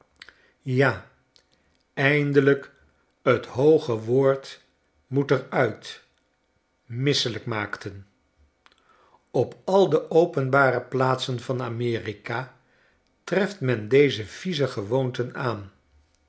staan jaeindelijk t hooge woord moet er uit misselijk maakten op al de openbare plaatsen van amerika treftmen deze vieze gewoonten aan